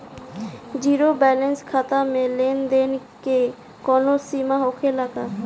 Zero balance खाता में लेन देन के कवनो सीमा होखे ला का?